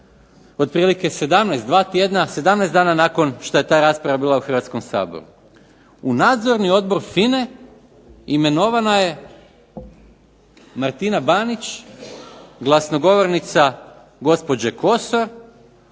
otprilike 17 dana nakon što je ta rasprava bila u Hrvatskom saboru? U Nadzorni odbor FINA-e imenovana je Martina Banić glasnogovornica gospođe Kosor